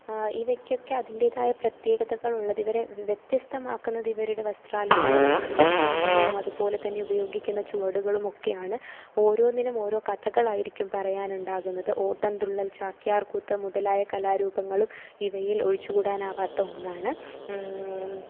ഇവയ്ക്കൊക്കെ അതിൻറ്റേതായ പ്രത്യേകതകൾ ഉള്ളത് ഇവരെ വ്യത്യസ്തമാക്കുന്നത് ഇവരുടെ വസ്ത്രാലങ്കാര രീതിയും ചമയവും അതുപോലെ തന്നെ ഉപയോഗിക്കുന്ന ചുവടുകളുമൊക്കെയാണ് ഓരോന്നിനും ഓരോ കഥകളായിരിക്കും പറയാനുണ്ടാകുന്നത് ഓട്ടം തുള്ളൽ ചാക്യാർകൂത്ത് മുതലായ കലാരൂപങ്ങളും ഇവയിൽ ഒഴിച്ചുകൂടാനാവാത്ത ഒന്നാണ്